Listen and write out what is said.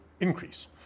increase